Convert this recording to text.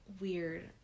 weird